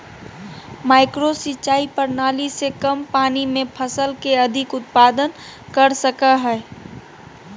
micro सिंचाई प्रणाली से कम पानी में फसल के अधिक उत्पादन कर सकय हइ